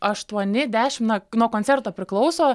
aštuoni dešimt na nuo koncerto priklauso